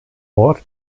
mord